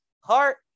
heart